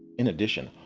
in addition,